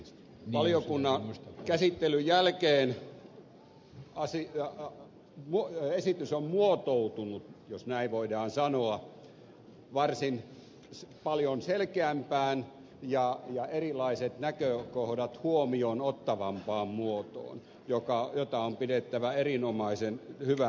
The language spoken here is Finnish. valiokunnan käsittelyn jälkeen esitys on muotoutunut jos näin voidaan sanoa varsin paljon selkeämpään ja erilaiset näkökohdat huomioon ottavampaan muotoon mitä on pidettävä erinomaisen hyvänä asiana